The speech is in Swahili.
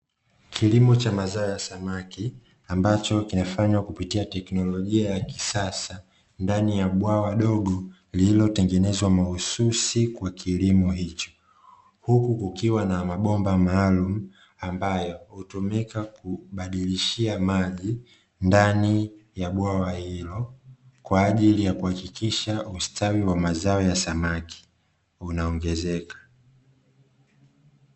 Kilimo cha mazao ya samaki ambacho kinafanywa kupitia teknolojia ya kisasa, ndani ya bwawa dogo lililotengenezwa mahususi kwa kilimo hicho. Huku kukiwa na mabomba maalumu, ambayo hutumika kubadilishia maji ndani ya bwawa hilo, kwa ajili ya kuhakikisha ustawi wa mazao ya samaki unaongezeka.